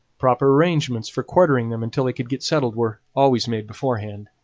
proper arrangements for quartering them until they could get settled were always made beforehand.